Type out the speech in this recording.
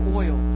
oil